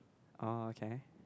orh okay